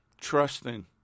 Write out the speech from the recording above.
trusting